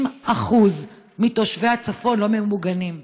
30% מתושבי הצפון לא ממוגנים.